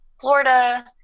Florida